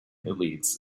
elites